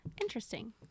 interesting